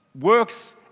Works